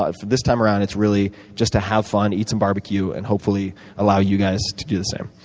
ah this time around, it's really just to have fun, eat some barbecue, and hopefully allow you guys to do the same.